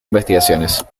investigaciones